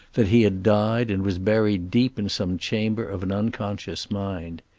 that he had died and was buried deep in some chamber of an unconscious mind.